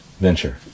Venture